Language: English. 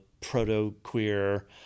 proto-queer